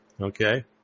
Okay